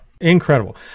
Incredible